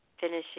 finishing